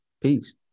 peace